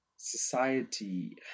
society